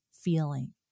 feeling